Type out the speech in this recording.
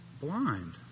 blind